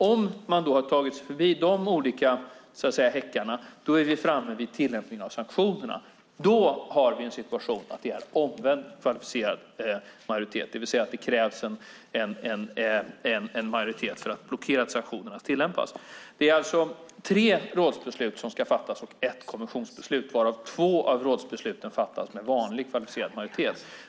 Om man då har tagit sig förbi de olika häckarna är vi framme vid tillämpningen av sanktionerna. Då har vi en situation att det är omvänd kvalificerad majoritet, det vill säga att det krävs en majoritet för att blockera att sanktionerna tillämpas. Det är alltså tre rådsbeslut som ska fattas och ett kommissionsbeslut varav två av rådsbesluten fattas med vanlig kvalificerad majoritet.